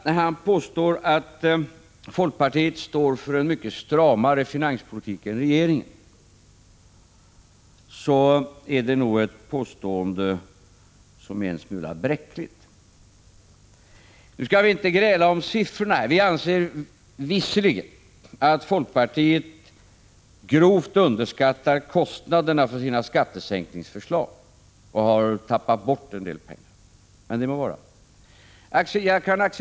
När han påstår att folkpartiet står för en mycket stramare finanspolitik än regeringen, är detta påstående nog en smula bräckligt. Vi skall inte gräla om siffrorna. Vi anser visserligen att folkpartiet grovt har underskattat kostnaderna för sina skattesänkningsförslag och har tappat bort en del pengar — men det må vara.